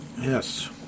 Yes